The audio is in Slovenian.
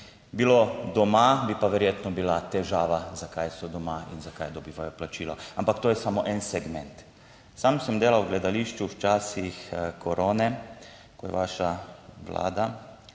bilo doma, bi pa verjetno bila težava, zakaj so doma in zakaj dobivajo plačilo, ampak to je samo en segment. Sam sem delal v gledališču v časih korone, ko je vaša vlada